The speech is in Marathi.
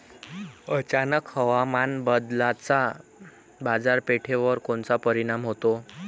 अचानक हवामान बदलाचा बाजारपेठेवर कोनचा परिणाम होतो?